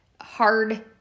hard